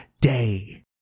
day